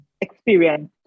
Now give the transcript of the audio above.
experience